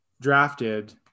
drafted